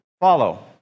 follow